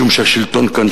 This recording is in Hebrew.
משום שהשלטון כאן,